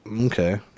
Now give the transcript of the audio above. okay